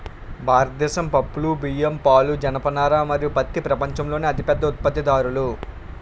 భారతదేశం పప్పులు, బియ్యం, పాలు, జనపనార మరియు పత్తి ప్రపంచంలోనే అతిపెద్ద ఉత్పత్తిదారులు